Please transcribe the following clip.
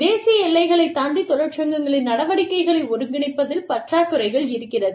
தேசிய எல்லைகளைத் தாண்டி தொழிற்சங்கங்களின் நடவடிக்கைகளை ஒருங்கிணைப்பதில் பற்றாக்குறைகள் இருக்கிறது